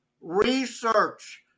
Research